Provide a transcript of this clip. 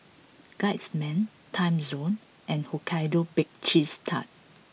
Guardsman Timezone and Hokkaido Baked Cheese Tart